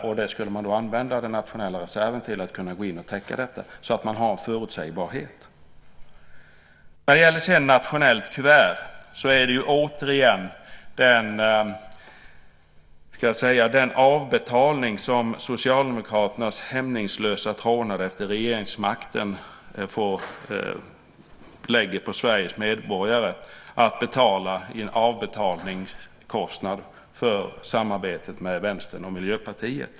Man skulle då använda den nationella reserven till att kunna gå in och täcka detta så att man har en förutsägbarhet. Beträffande nationellt kuvert är det återigen den avbetalning som Socialdemokraternas hämningslösa trånad efter regeringsmakten lägger på Sveriges medborgare att betala som en avbetalningskostnad för samarbetet med Vänstern och Miljöpartiet.